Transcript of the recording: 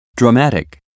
Dramatic